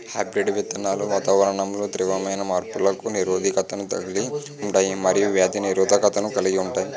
hybrid విత్తనాలు వాతావరణంలో తీవ్రమైన మార్పులకు నిరోధకతను కలిగి ఉంటాయి మరియు వ్యాధి నిరోధకతను కలిగి ఉంటాయి